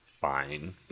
fine